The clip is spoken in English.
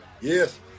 Yes